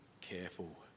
careful